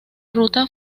ruta